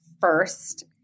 first